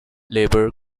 labour